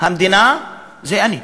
המדינה זה אני.